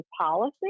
policy